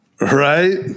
right